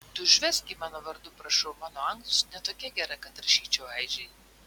tu užvesk jį mano vardu prašau mano anglų ne tokia gera kad rašyčiau aižei